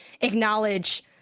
acknowledge